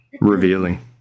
revealing